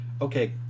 okay